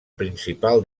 principal